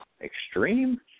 extreme